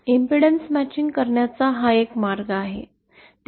प्रतिबाधा जुळणी करण्याचा हा एक मार्ग आहे